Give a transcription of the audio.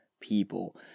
people